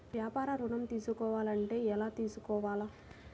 వ్యాపార ఋణం తీసుకోవాలంటే ఎలా తీసుకోవాలా?